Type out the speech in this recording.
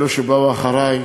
אלו שבאו אחרי,